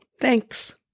Thanks